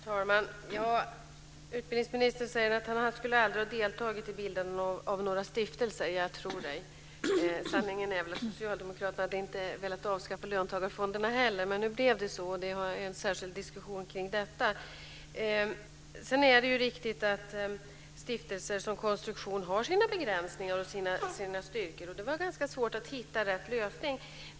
Fru talman! Utbildningsministern säger att han aldrig skulle ha deltagit i bildandet av några stiftelser. Jag tror honom. Sanningen är väl att Socialdemokraterna inte hade velat avskaffa löntagarfonderna heller. Men nu blev det så, och det är en särskild diskussion kring detta. Det är riktigt att stiftelser som konstruktion har sina begränsningar och sina styrkor. Det var ganska svårt att hitta rätt lösning.